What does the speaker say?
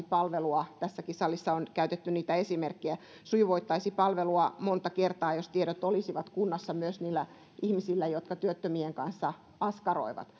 palvelua tässäkin salissa on nyt käytetty niitä esimerkkejä sujuvoittaisi palvelua monta kertaa jos tiedot olisivat kunnassa myös niillä ihmisillä jotka työttömien kanssa askaroivat